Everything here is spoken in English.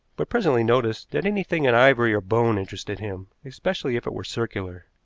but presently noticed that anything in ivory or bone interested him, especially if it were circular.